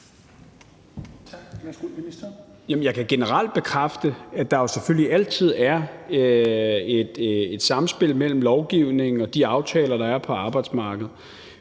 jeg kan generelt bekræfte, at der er selvfølgelig altid er et samspil mellem lovgivning og de aftaler, der er på arbejdsmarkedet.